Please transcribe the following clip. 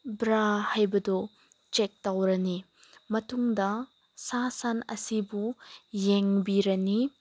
ꯕ꯭ꯔꯥ ꯍꯥꯏꯕꯗꯨ ꯆꯦꯛ ꯇꯧꯔꯅꯤ ꯃꯇꯨꯡꯗ ꯁꯥ ꯁꯟ ꯑꯁꯤꯕꯨ ꯌꯦꯡꯕꯤꯔꯅꯤ